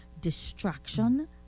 distraction